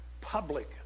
public